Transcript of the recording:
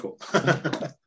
cool